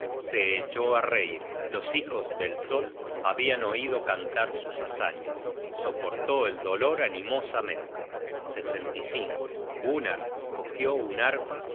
se echó á reir los hijos del sol habian oido cantar sus hazañas soportó el dolor animosamente gunnar cogió un arpa